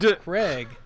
Craig